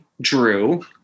Drew